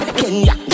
kenya